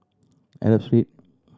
Arab Street